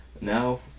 Now